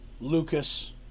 Lucas